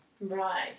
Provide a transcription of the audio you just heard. Right